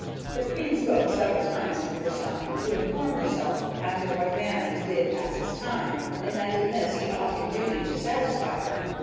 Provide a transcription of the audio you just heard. the queen spoke several times to her son, to inform herself after what manner he did pass his time, and that in this he ought in duty to satisfy her.